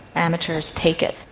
amateurs take it,